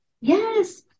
Yes